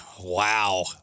wow